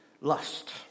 lust